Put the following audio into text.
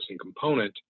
component